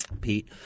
Pete